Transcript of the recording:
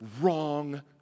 wrong